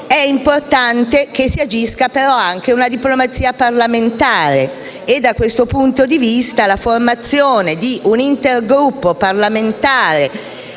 è importante però che si agisca anche con una diplomazia parlamentare. Da questo punto di vista, la formazione di un intergruppo parlamentare